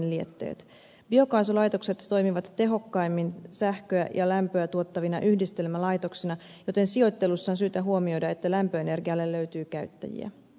biokaasulaitokset toimivat tehokkaimmin sähköä ja lämpöä tuottavina yhdistelmälaitoksina joten sijoittelussa on syytä huomioida että lämpöenergialle löytyy käyttäjiä